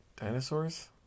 Dinosaurs